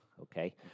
Okay